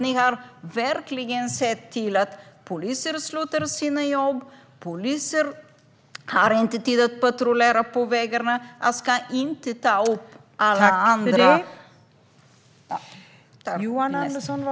Ni har verkligen sett till att poliser slutar sina jobb. De har inte tid att patrullera på vägarna.